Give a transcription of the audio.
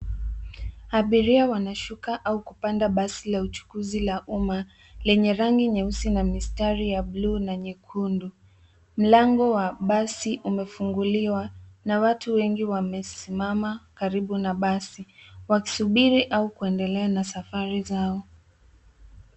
Abiria wanashuka au kupanda basi la uchukuzi la umma lenye rangi nyeusi na mistari ya bluu na nyekundu. Mlango wa basi umefunguliwa na watu wengi wamesimama karibu na basi wakisubiri au kuendelea na safari zao.